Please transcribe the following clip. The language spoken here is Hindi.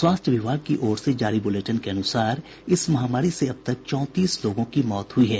स्वास्थ्य विभाग की ओर से जारी बुलेटिन के अनुसार इस महामारी से अब तक चौंतीस लोगों की मौत हुई है